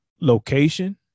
location